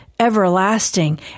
Everlasting